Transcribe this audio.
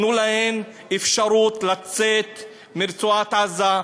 תנו להן אפשרות לצאת מרצועת-עזה,